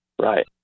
Right